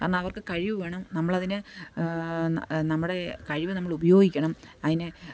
കാരണം അവർക്ക് കഴിവ് വേണം നമ്മൾ അതിനെ നമ്മുടെ കഴിവ് നമ്മൾ ഉപയോഗിക്കണം അതിനെ